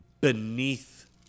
beneath